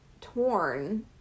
torn